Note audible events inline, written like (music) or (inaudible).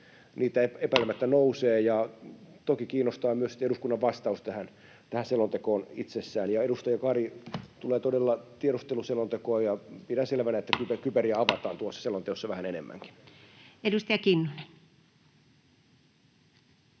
koputtaa] ja toki kiinnostaa myös sitten eduskunnan vastaus tähän selontekoon itsessään. Ja edustaja Kari: tulee todella tiedusteluselontekoa, ja pidän selvänä, (noise) että kyberiä avataan tuossa selonteossa vähän enemmänkin. Edustaja Kinnunen.